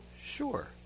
Sure